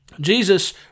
Jesus